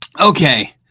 Okay